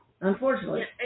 unfortunately